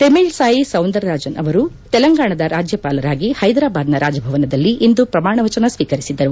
ತೆಮಿಳ್ಸಾಯಿ ಸೌಂದರ್ರಾಜನ್ ಅವರು ತೆಲಂಗಾಣದ ರಾಜ್ಯಪಾಲರಾಗಿ ಹೈದರಾಬಾದ್ನ ರಾಜಭವನದಲ್ಲಿ ಇಂದು ಪ್ರಮಾಣ ವಚನ ಸ್ವೀಕರಿಸಿದರು